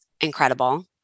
incredible